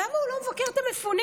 למה הוא לא מבקר את המפונים?